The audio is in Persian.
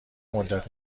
مدت